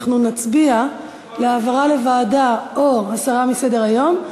אנחנו נצביע על העברה לוועדה או הסרה מסדר-היום.